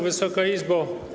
Wysoka Izbo!